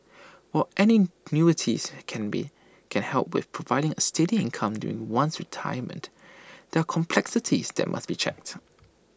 while annuities can be can help with providing A steady income during one's retirement there are complexities that must be checked